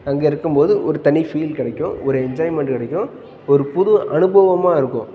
அங்கே இருக்கும் போது ஒரு தனி ஃபீல் கிடைக்கும் ஒரு என்ஜாய்மெண்ட் கிடைக்கும் ஒரு புது அனுபவமாக இருக்கும்